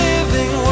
Living